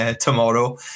tomorrow